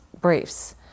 briefs